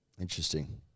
Interesting